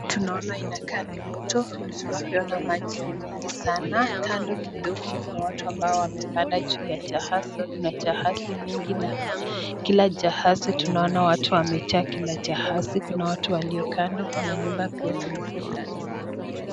Tunaona inakaa ni mto, vile tunavyoona maji ni mingi sana, kando kidogo kuna watu ambao wamepanda juu ya jahazi, kuna jahazi mingi na kila jahazi tunaona watu wamejaa kila jahazi, kuna watu walio kando ,kuna nyumba pia zilizo kando.